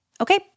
Okay